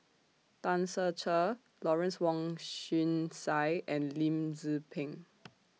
Tan Ser Cher Lawrence Wong Shyun Tsai and Lim Tze Peng